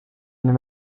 même